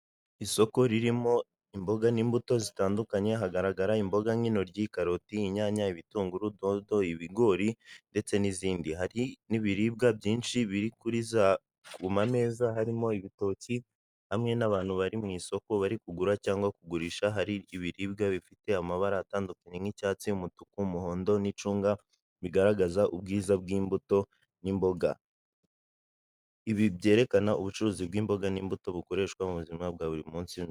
Isoko ririmo imboga n'imbuto zitandukanye hagaragara imboga nk'intoryi, karoti, inyanya, ibitunguru, dodo, ibigori ndetse n'izindi, hari n'ibiribwa byinshi biri ku mameza harimo ibitoki hamwe n'abantu bari mu isoko bari kugura cyangwa kugurisha, hari ibiribwa bifite amabara atandukanye nk'icyatsi, umutuku, umuhondo n'icunga bigaragaza ubwiza bw'imbuto n'imboga. Ibi byekana ubucuruzi bw'imboga n'imbuto bukoreshwa mu buzima bwa buri munsi.